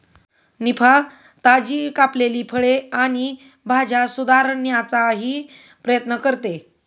निफा, ताजी कापलेली फळे आणि भाज्या सुधारण्याचाही प्रयत्न करते